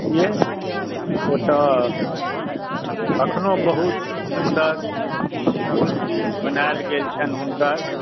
से ओतय एखनो बहुत सुन्दर समाधि बनल छनि हुनकर